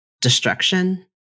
destruction